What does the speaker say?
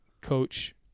coach